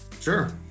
Sure